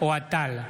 אוהד טל,